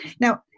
Now